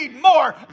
more